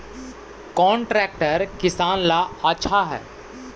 कौन ट्रैक्टर किसान ला आछा है?